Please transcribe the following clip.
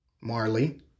Marley